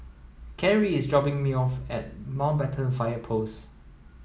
Karri is dropping me off at Mountbatten Fire Post